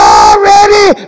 already